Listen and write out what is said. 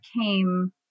came